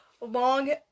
long